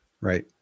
right